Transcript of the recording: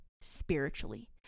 spiritually